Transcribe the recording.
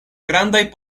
grandaj